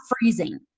freezing